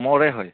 মোৰে হয়